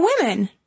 women